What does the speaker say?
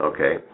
Okay